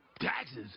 Taxes